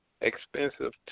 expensive